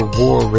war